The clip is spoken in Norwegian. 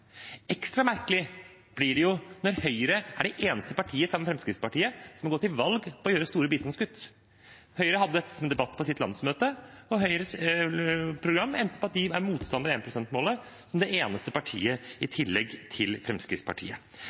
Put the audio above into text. Ekstra merkelig blir det når Høyre er det eneste partiet, sammen med Fremskrittspartiet, som har gått til valg på å gjøre store bistandskutt. Høyre hadde dette til debatt på sitt landsmøte, og Høyres program endte opp med at de er motstandere av énprosentmålet, som det eneste partiet i tillegg til Fremskrittspartiet.